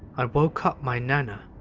i woke up my nana.